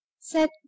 set